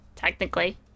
technically